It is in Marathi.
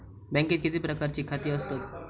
बँकेत किती प्रकारची खाती असतत?